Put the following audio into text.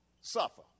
suffer